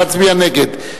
להצביע נגד.